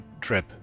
trip